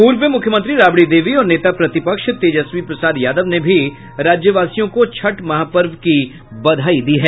पूर्व मुख्यमंत्री राबड़ी देवी और नेता प्रतिपक्ष तेजस्वी प्रसाद यादव ने भी राज्यवासियों को छठ महापर्व की बधाई दी है